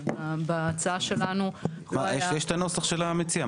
אבל בהצעה שלנו היה --- יש את ההצעה של המציע,